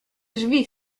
drzwi